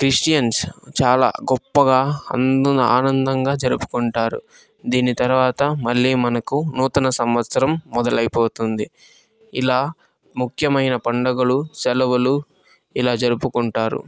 Christians చాలా గొప్పగా అందరు ఆనందంగా జరుపుకుంటారు దీని తరవాత మళ్ళీ మనకు నూతన సంవత్సరం మొదలైపోతుంది ఇలా ముఖ్యమైన పండుగలు సెలవులు ఇలా జరుపుకుంటారు